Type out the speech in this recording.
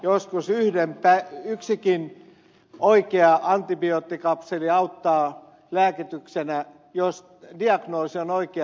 joskus yksikin oikea antibioottikapseli auttaa lääkityksenä jos diagnoosi on oikea ed